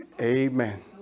Amen